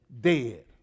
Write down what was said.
dead